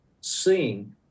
seeing